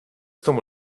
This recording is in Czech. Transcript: tomu